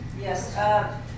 Yes